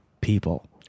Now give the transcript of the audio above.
people